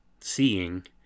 seeing